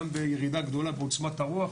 גם בירידה גדולה בעוצמת הרוח